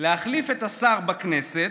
להחליף את השר בכנסת,